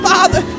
Father